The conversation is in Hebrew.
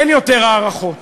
אין יותר הארכות,